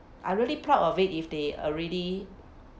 I really proud of it if they already